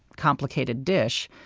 complicated dish,